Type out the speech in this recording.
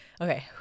okay